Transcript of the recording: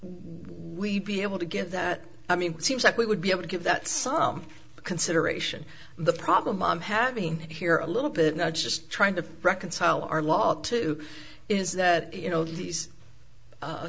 we be able to get that i mean it seems that we would be able to give that some consideration the problem i'm having here a little bit now just trying to reconcile our lot too is that you know these